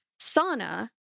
sauna